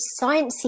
sciencey